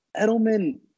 Edelman